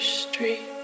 street